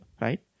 Right